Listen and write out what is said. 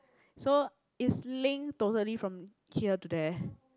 so it's linked totally from here to there